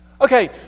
Okay